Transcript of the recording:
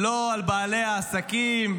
לא על בעלי העסקים.